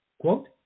quote